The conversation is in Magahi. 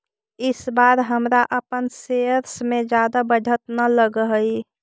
इस बार हमरा अपन शेयर्स में जादा बढ़त न लगअ हई